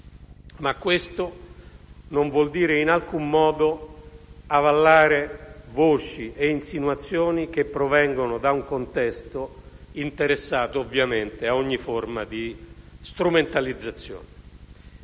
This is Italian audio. ma questo non vuol dire in alcun modo avallare voci e insinuazioni che provengono da un contesto interessato ad ogni forma di strumentalizzazione.